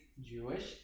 Jewish